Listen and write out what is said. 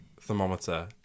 thermometer